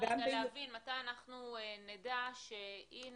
להבין מתי אנחנו נדע שהנה,